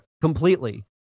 completely